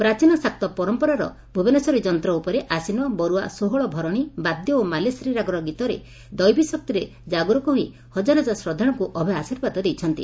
ପ୍ରାଚୀନ ଶାକ୍ତ ପରମ୍ପରାର ଭୁବନେଶ୍ୱରୀ ଯନ୍ତ ଉପରେ ଆସୀନ ବରୁଆ ଷୋହଳ ଭରଣୀ ବାଦ୍ୟ ଓ ମାଲେଶ୍ରୀ ରାଗର ଗୀତରେ ଦୈବୀ ଶକ୍ତିରେ ଜାଗରୁକ ହୋଇ ହଜାର ହଜାର ଶ୍ରଦ୍ଧାଳୁଙ୍ଙୁ ଅଭୟ ଆଶୀର୍ବାଦ ଦେଇଛି